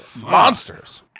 monsters